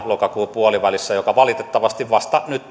lokakuun puolivälissä perustuslakivaliokuntaan joka valitettavasti vasta nyt